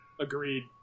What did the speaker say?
Agreed